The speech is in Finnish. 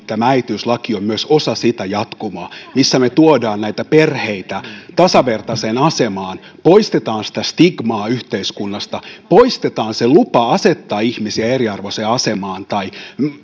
tämä äitiyslaki on osa sitä jatkumoa missä me tuomme näitä perheitä tasavertaiseen asemaan poistamme sitä stigmaa yhteiskunnasta poistamme luvan asettaa ihmisiä eriarvoiseen asemaan ja se